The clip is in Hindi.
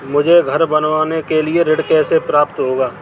मुझे घर बनवाने के लिए ऋण कैसे प्राप्त होगा?